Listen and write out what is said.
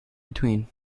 between